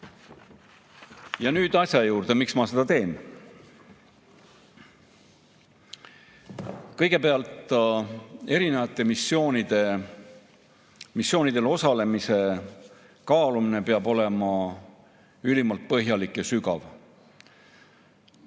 nüüd asja juurde, miks ma seda teen. Kõigepealt, erinevate missioonidel osalemise kaalumine peab olema ülimalt põhjalik ja sügav.